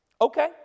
Okay